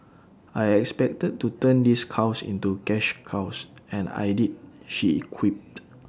I expected to turn these cows into cash cows and I did she equipped